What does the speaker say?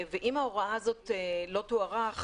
ואם ההוראה הזו לא תוארך,